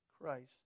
Christ